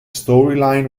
storyline